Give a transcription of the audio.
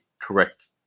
correct